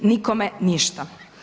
Nikome ništa.